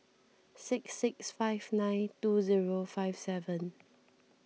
six six five nine two zero five seven